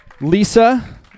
Lisa